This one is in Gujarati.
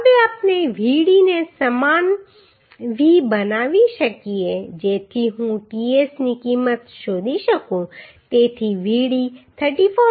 હવે આપણે Vd ને સમાન V બનાવી શકીએ જેથી હું ts ની કિંમત શોધી શકું તેથી Vd 34